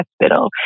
Hospital